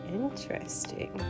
interesting